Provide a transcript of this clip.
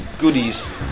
goodies